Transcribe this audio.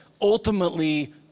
ultimately